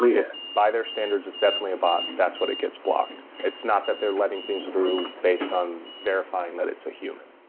if, by their standards, it's definitely a bot, that's when it gets blocked. it's not that they're letting things through based on verifying that it's a human.